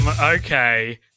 okay